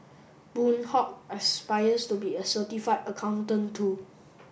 Boon Hock aspires to be a certified accountant too